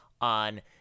on